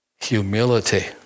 Humility